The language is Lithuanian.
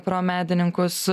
pro medininkus